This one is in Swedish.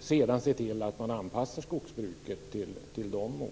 sedan se till att man anpassar skogsbruket till dessa mål?